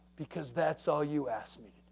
because that's all you asked me